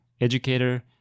educator